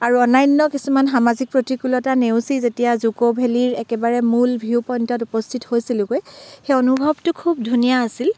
আৰু অন্যান্য কিছুমান সামাজিক প্ৰতিকূলতা নেওচি যেতিয়া জুক' ভেলীৰ একেবাৰে মূল ভিউ পইণ্টত উপস্থিত হৈছিলোঁগৈ সেই অনুভৱটো খুব ধুনীয়া আছিল